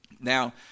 Now